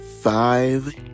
Five